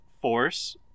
force